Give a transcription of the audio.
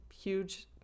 huge